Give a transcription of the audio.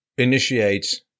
Initiate